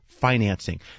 financing